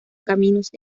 caminos